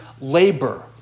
labor